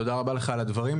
תודה רבה לך על הדברים.